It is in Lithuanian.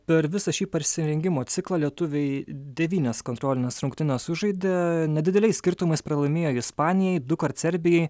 per visą šį pasirengimo ciklą lietuviai devynias kontrolines rungtynes sužaidė nedideliais skirtumais pralaimėjo ispanijai dukart serbijai